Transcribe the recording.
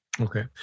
Okay